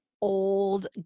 old